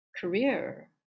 career